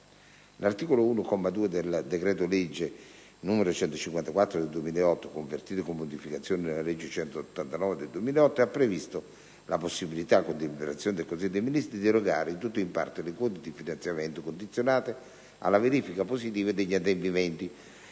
L'articolo 1, comma 2, del decreto-legge n. 154 del 2008, convertito, con modificazioni, nella legge n. 189 del 2008, ha previsto la possibilità, con deliberazione del Consiglio dei ministri, di erogare in tutto o in parte le quote di finanziamento condizionate alla verifica positiva degli adempimenti